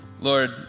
Lord